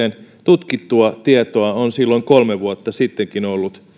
tutkittua tietoa on silloin kolme vuotta sittenkin ollut